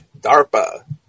DARPA